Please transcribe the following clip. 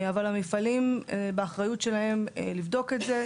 אבל באחריות המפעלים לבדוק את זה.